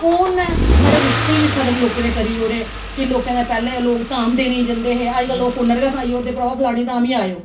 phone साढ़े रिश्ते बी खत्म लोकें दे करी ओड़े कि लोकें दे पैहलें लोक धाम देने गी जंदे हे अजकल लोक फोने उपर गै सनाई ओड़दे भ्रावा फलानी धाम ही आयो